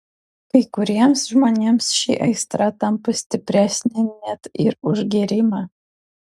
kai kuriems žmonėms ši aistra tampa stipresnė net ir už gėrimą